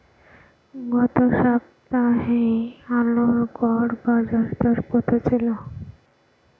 গত সপ্তাহে আলুর গড় বাজারদর কত ছিল?